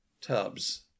tubs